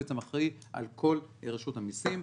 הוא אחראי על כל רשות המסים,